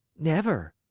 never!